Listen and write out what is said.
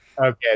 Okay